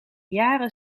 jaren